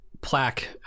plaque